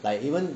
like even